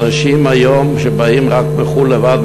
אנשים היום שבאים מחו"ל לבד,